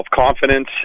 self-confidence